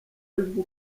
aribwo